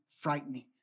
frightening